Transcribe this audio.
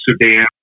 Sudan